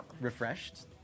refreshed